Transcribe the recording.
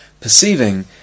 Perceiving